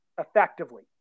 effectively